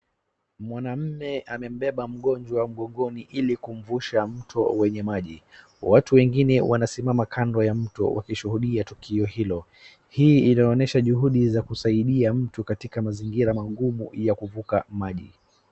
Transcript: Mwamume amembeba mgonjwa mgongoni ili kumvusha mto wenye maji. Watu wengine wanasimama kando ya mto wakishuhudia tukio hilo. Hii inaonyesha juhudi za kusaidia mtu katika mazingira magumu ya kuvuka maji.